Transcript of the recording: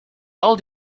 all